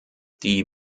die